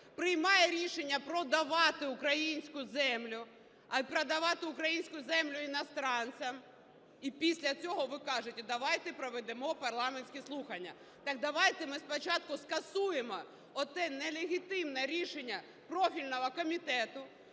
землю, продавати українську землю іностранцям. І після цього, ви кажете, давайте проведемо парламентські слухання. Так давайте ми спочатку скасуємо оте нелегітимне рішення профільного комітету,